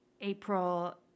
April